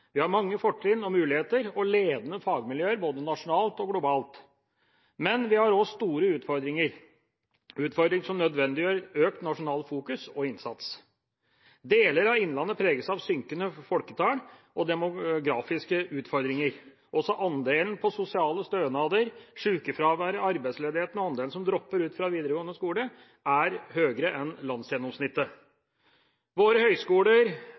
Vi har mange fortrinn og muligheter og fagmiljøer som er ledende både nasjonalt og globalt. Men vi har også store utfordringer, utfordringer som nødvendiggjør økt nasjonalt fokus og økt nasjonal innsats. Deler av innlandet preges av synkende folketall og demografiske utfordringer. Også andelen som mottar sosiale stønader, sykefraværet, arbeidsledigheten og andelen som dropper ut fra videregående skole, er høyere enn landsgjennomsnittet. Våre høyskoler